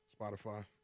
Spotify